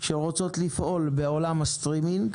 שרוצות לפעול בעולם הסטרימינג,